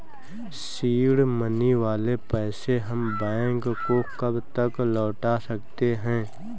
Seed money वाले पैसे हम बैंक को कब तक लौटा सकते हैं?